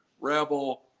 rebel